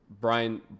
Brian